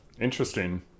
Interesting